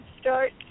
start